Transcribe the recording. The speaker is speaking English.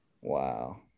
Wow